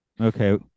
Okay